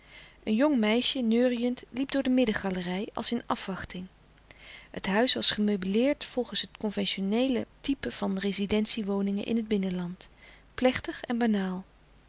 een jong meisje neuriënd liep door de middengalerij als in afwachting het huis was gemeubeleerd volgens het conventioneele type van rezidentie woningen in het binnenland plechtig en banaal